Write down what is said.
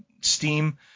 Steam